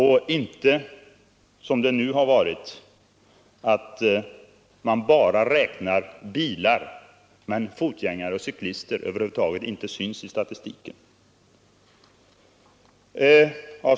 Här har man bara räknat bilar, medan fotgängare och cyklister över huvud taget inte syns i statistiken.